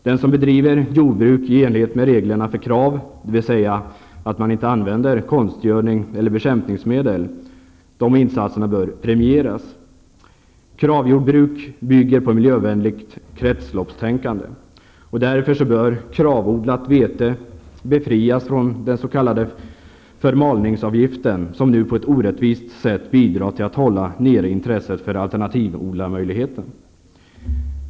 Den som bedriver jordbruk i enlighet med reglerna för KRAV-jordbruk, dvs. att man inte använder konstgödning eller bekämpningsmedel, bör premieras. KRAV-jordbruk bygger på miljövänligt kretsloppstänkande. Därför bör KRAV-odlat vete befrias från den s.k. förmalningsavgiften, som nu på ett orättvist sätt bidrar till att hålla nere intresset för alternativodlarmöjligheten.